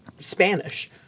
Spanish